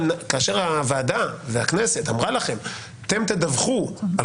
הוועדה והכנסת אמרו לכם: "אתם תדווחו על